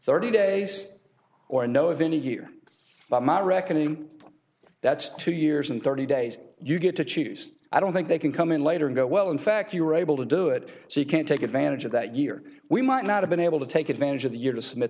thirty days or know of any year by my reckoning that's two years and thirty days you get to choose i don't think they can come in later go well in fact you were able to do it so you can take advantage of that year we might not have been able to take advantage of the year to submit